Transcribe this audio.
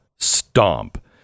Stomp